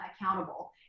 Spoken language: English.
accountable